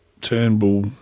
Turnbull